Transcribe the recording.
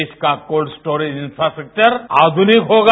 देश का cold storage infrastructure आधुनिक होगा